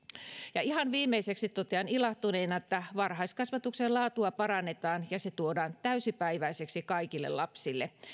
ja ihan viimeiseksi totean ilahtuneena että varhaiskasvatuksen laatua parannetaan ja se tuodaan täysipäiväiseksi kaikille lapsille